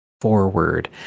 forward